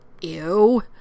ew